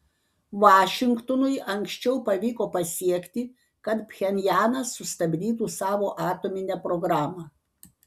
vašingtonui anksčiau pavyko pasiekti kad pchenjanas sustabdytų savo atominę programą